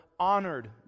Honored